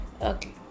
Okay